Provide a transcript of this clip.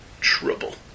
trouble